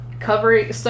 covering